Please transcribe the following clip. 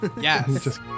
Yes